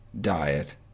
diet